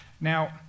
Now